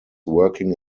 working